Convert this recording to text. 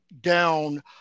down